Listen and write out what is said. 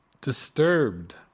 disturbed